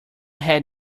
had